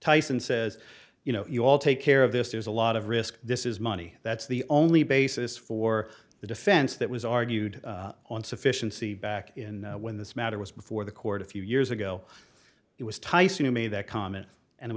tyson says you know you all take care of this there's a lot of risk this is money that's the only basis for the defense that was argued on sufficiency back in when this matter was before the court a few years ago it was tyson who made that comment and it